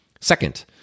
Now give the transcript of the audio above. Second